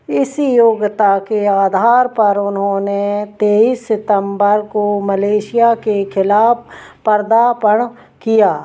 इस योग्यता के आधार पर उन्होंने तेईस सितम्बर को मलेशिया के ख़िलाफ पदार्पण किया